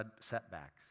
setbacks